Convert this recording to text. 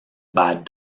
bad